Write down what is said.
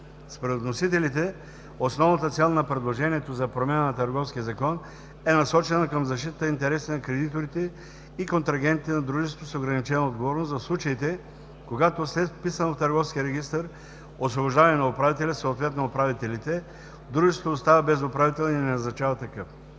Според вносителите основната цел на предложението за промяна на Търговския закон е насочена към защитата интересите на кредиторите и контрагентите на дружеството с ограничена отговорност в случаите, когато след вписване в Търговския регистър освобождаване на управителя, съответно управителите, дружеството остава без управител и не назначава такъв.